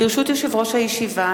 ברשות יושב-ראש הישיבה,